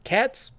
Cats